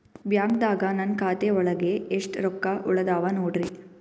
ಬ್ಯಾಂಕ್ದಾಗ ನನ್ ಖಾತೆ ಒಳಗೆ ಎಷ್ಟ್ ರೊಕ್ಕ ಉಳದಾವ ನೋಡ್ರಿ?